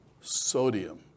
sodium